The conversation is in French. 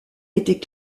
était